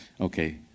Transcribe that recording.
okay